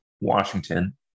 Washington